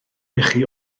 ichi